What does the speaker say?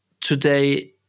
today